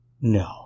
No